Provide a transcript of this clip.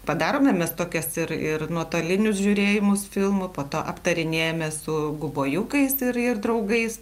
padarom ir mes tokias ir ir nuotolinius žiūrėjimus filmo po to aptarinėjame su gubojukais ir draugais